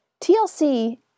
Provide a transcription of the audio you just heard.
TLC